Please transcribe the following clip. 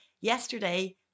yesterday